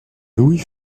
louis